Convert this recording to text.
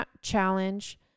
challenge